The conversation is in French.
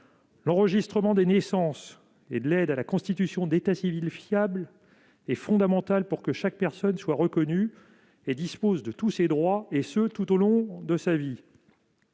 l'enregistrement des naissances et l'aide à la constitution d'un état civil fiable est fondamental pour que chaque personne soit reconnue et dispose de tous ses droits, et ce tout au long de sa vie.